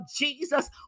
Jesus